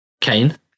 Kane